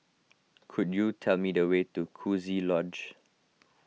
could you tell me the way to Coziee Lodge